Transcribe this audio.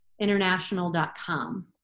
international.com